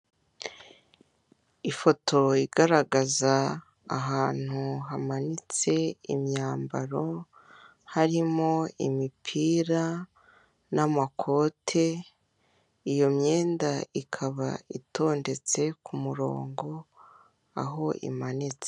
Ifoto igaragaza ahantu hamanitse imyambaro, harimo imipira n'amakote, iyo myenda ikaba itondetse ku murongo aho imanitse.